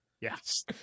Yes